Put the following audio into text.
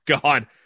God